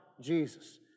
Jesus